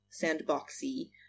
sandboxy